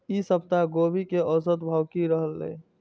ई सप्ताह गोभी के औसत भाव की रहले?